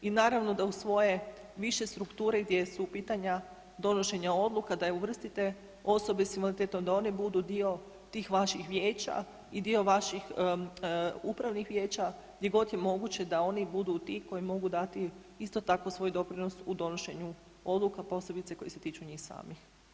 I naravno da u svoje više strukture gdje su pitanja donošenja odluka da uvrstite osobe s invaliditetom da one budu dio tih vaših vijeća i dio vaših upravnih vijeća, gdje god je moguće da oni budu ti koji mogu dati isto tako svoj doprinos u donošenju odluka, posebice koje se tiču njih samih.